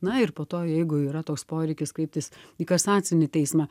na ir po to jeigu yra toks poreikis kreiptis į kasacinį teismą